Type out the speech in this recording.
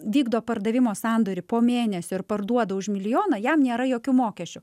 vykdo pardavimo sandorį po mėnesio ir parduoda už milijoną jam nėra jokių mokesčių